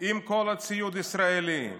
עם כל הציוד הישראלי.